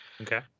Okay